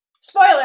Spoiler